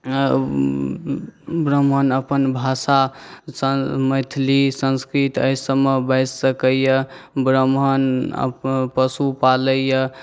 ब्राह्मण अपन भाषा मैथिली संस्कृत एहि सबमे बाजि सकैए ब्राह्मण अपन पशु पालैए